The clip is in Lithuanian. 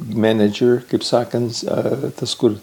menedžiur kaip sakant ar tas kur